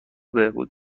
بهبود